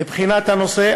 לבחינת הנושא.